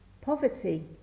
Poverty